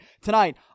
tonight